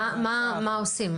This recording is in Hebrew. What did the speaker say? מה עושים?